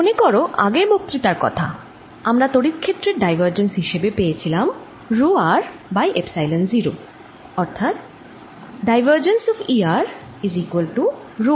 মনে করো আগের বক্তৃতার কথা আমরা তড়িৎ ক্ষেত্রের ডাইভারজেন্স হিসেবে পেয়েছিলাম রো r বাই এপসাইলন 0